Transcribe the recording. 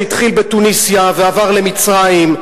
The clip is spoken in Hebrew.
שהתחיל בתוניסיה ועבר למצרים,